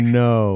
no